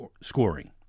scoring